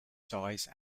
size